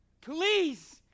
Please